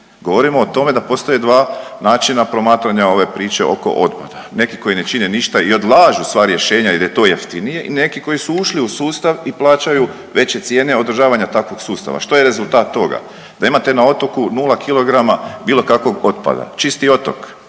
Govorimo o tome da postoje dva načina promatranja ove priče oko otpada. Neki koji ne čine ništa i odlažu sva rješenja jer je to jeftinije i neki koji su ušli u sustav i plaćaju veće cijene održavanja takvog sustava. Što je rezultat toga? Da imate na otoku nula kilograma bilo kakvog otpada. Čisti otok.